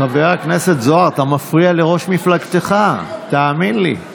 חבר הכנסת זוהר, אתה מפריע לראש מפלגתך, תאמין לי.